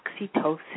oxytocin